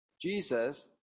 Jesus